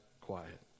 quiet